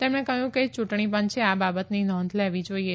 તેમકો કહ્યું કે ચૂંટક્ષીપંચે આ બાબતની નોંધ લેવી જોઇએ